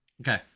Okay